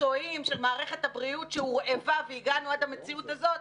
מקצועיים של מערכת הבריאות שהורעבה והגענו עד המציאות הזו,